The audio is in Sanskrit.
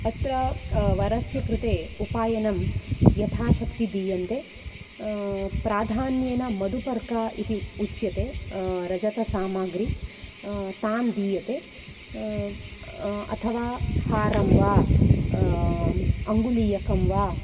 अत्र वरस्य कृते उपायनं यथाशक्ति दीयते प्राधान्येन मधुपर्कः इति उच्यते रजतसामग्री तद् दीयते अथवा हारं वा अङ्गुलीयकं वा